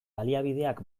baliabideak